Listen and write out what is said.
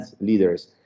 leaders